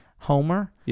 Homer